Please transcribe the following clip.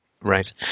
Right